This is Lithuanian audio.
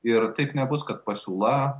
ir taip nebus kad pasiūla